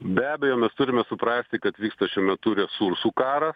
be abejo mes turime suprasti kad vyksta šiuo metu resursų karas